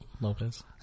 Lopez